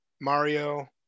Mario